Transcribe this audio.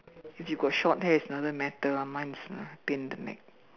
if you got short hair it doesn't matter ah mine is uh pain in the neck